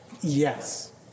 Yes